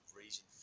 reason